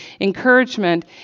encouragement